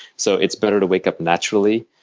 so it's better to wake up naturally.